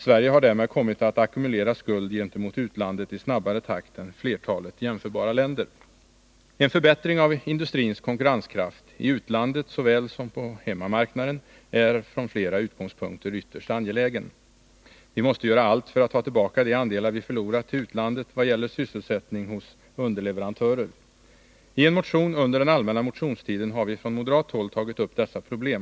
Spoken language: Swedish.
Sverige har därmed kommit att ackumulera skuld gentemot utlandet i snabbare takt än flertalet jämförbara länder. En förbättring av industrins konkurrenskraft — i utlandet såväl som på hemmamarknaden -— är från flera utgångspunkter ytterst angelägen. Vi måste göra allt för att ta tillbaka de andelar vi förlorat till utlandet vad gäller sysselsättning hos underleverantörer. I en motion som väckts under den allmänna motionstiden har vi från moderat håll tagit upp dessa problem.